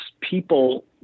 people